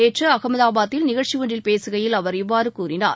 நேற்று அகமதாபாதில் நிகழ்ச்சி ஒன்றில் பேசுகையில் அவர் இவ்வாறு கூறினார்